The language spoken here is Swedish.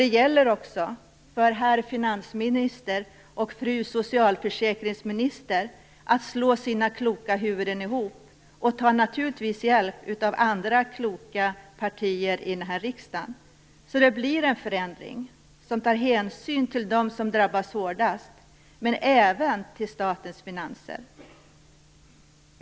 Det gäller också för herr finansministern och för fru socialförsäkringsministern att slå sina kloka huvuden ihop liksom naturligtvis att ta hjälp av andra kloka partier här i riksdagen, så att det blir en förändring som tar hänsyn till dem som drabbas hårdast men även till statens finanser.